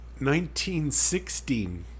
1916